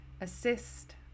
assist